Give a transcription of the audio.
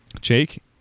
Jake